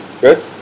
Good